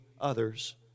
others